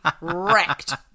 wrecked